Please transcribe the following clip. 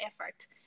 effort